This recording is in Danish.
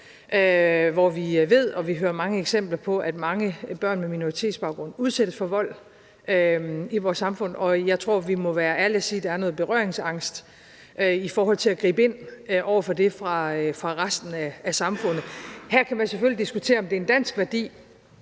hvor vi ved og vi hører mange eksempler på, at mange børn med minoritetsbaggrund udsættes for vold i vores samfund. Jeg tror, vi må være ærlige og sige, at der er noget berøringsangst i forhold til at gribe ind over for det fra resten af samfundet. Her kan man selvfølgelig diskutere, om det med, at man ikke